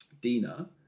Dina